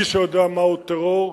איש שיודע מהו טרור,